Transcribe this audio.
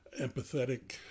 empathetic